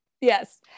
Yes